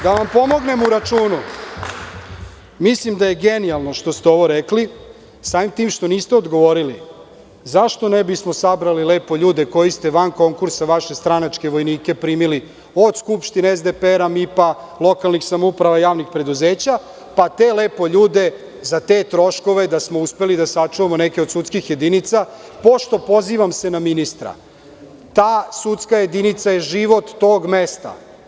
Da vam pomognem u računu, mislim da je genijalno ovo što ste rekli, samim tim što niste odgovorili zašto ne bismo sabrali lepo ljude koje ste van konkursa vaše stranačke vojnike primili od Skupštine, SDPR, MIP, lokalnih samouprava, javnih preduzeća, pa te ljude lepo za te troškove da smo uspeli da sačuvamo neke od sudskih jedinica, pošto se pozivam na ministra: „Ta sudska jedinica je život tog mesta.